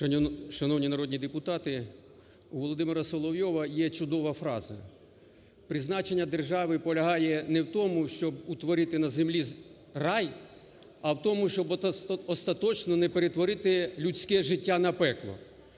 Шановні народні депутати, у Володимира Соловйова є чудова фраза: "Призначення держави полягає не в тому, щоб утворити на землі рай, а в тому, щоб остаточно не перетворити людське життя на пекло".